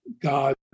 God